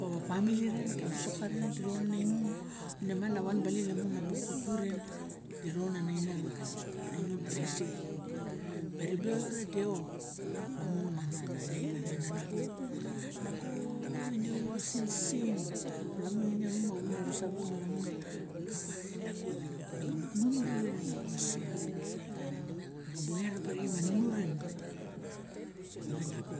A femili ren, kavasak karen, di ra ron neinom. Na ma na van balin a bu pupu ren di ron ra nainom, nainom taxisixit me ribe a lot e deo lamun ma na nainom. Na ne nago, nago ine oin ma siniseng, malamun ine oin moxa viniro sabu malamun kava, e nago, maga buk nunuren nago maria, nago buxe era bari xe ma nunuren o nago